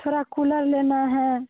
थोड़ा कूलर लेना है